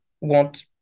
want